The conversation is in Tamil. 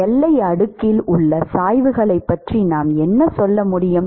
எல்லை அடுக்கில் உள்ள சாய்வுகளைப் பற்றி நாம் என்ன சொல்ல முடியும்